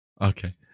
Okay